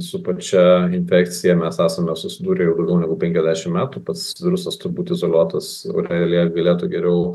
su pačia infekcija mes esame susidūrę jau daugiau negu penkiasdešimt metų pats virusas turbūt izoliuotus aurelija galėtų geriau